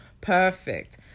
perfect